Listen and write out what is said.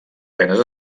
penes